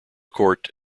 court